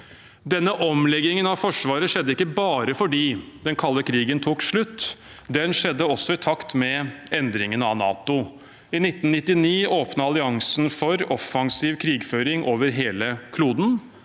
Denne omleggingen av Forsvaret skjedde ikke bare fordi den kalde krigen tok slutt. Den skjedde også i takt med endringen av NATO. I 1999 åpnet alliansen for offensiv krigføring over hele kloden.